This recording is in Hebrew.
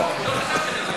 לא חשבתי,